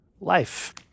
life